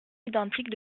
identiques